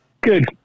Good